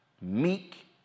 meek